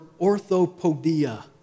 orthopodia